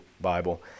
Bible